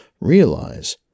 Realize